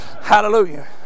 hallelujah